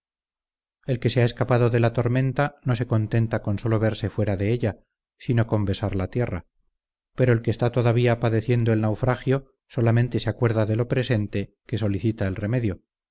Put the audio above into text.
el que se ha escapado de la tormenta no se contenta con solo verse fuera de ella sino con besar la tierra pero el que está todavía padeciendo el naufragio solamente se acuerda de lo presente que solicita el remedio